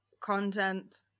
content